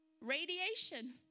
Radiation